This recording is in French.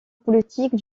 politique